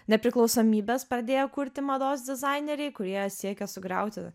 nepriklausomybės pradėjo kurti mados dizaineriai kurie siekė sugriauti